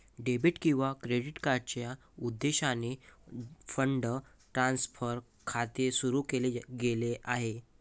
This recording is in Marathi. डेबिट किंवा क्रेडिटच्या उद्देशाने फंड ट्रान्सफर खाते सुरू केले गेले आहे